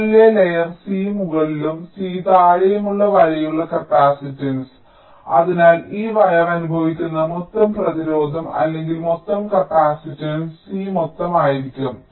മുകളിലെ layer C മുകളിലും C താഴെയുമുള്ള വരയുള്ള കപ്പാസിറ്റൻസ് അതിനാൽ ഈ വയർ അനുഭവിക്കുന്ന മൊത്തം പ്രതിരോധം അല്ലെങ്കിൽ മൊത്തം കപ്പാസിറ്റൻസ് C മൊത്തം ആയിരിക്കും